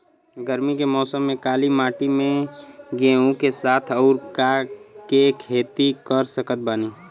गरमी के मौसम में काली माटी में गेहूँ के साथ और का के खेती कर सकत बानी?